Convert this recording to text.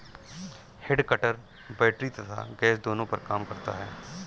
head cutter battery तथा gas दोनों पर काम करता है